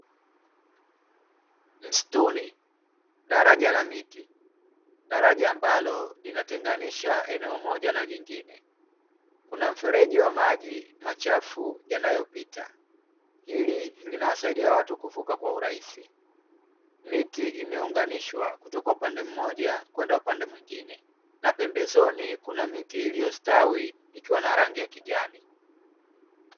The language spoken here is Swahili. Msituni daraja la miti, daraja ambalo linatenganisha eneo moja na jingine, kuna mfereji wa maji machafu yanayopita hili linawasaidia watu kuvuka kwa urahisi. Miti imeunganishwa kutoka upande mmoja kwenda upande mwingine na pembezoni kuna miti iliyostawi ikiwa na rangi ya kijani.